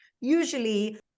Usually